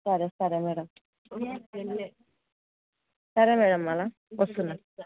సరే సరే మ్యాడమ్ సరే మ్యాడమ్ మళ్ళ వస్తున్నాను